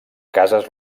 cases